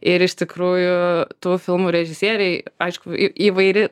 ir iš tikrųjų tų filmų režisieriai aišku įvairi